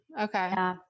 okay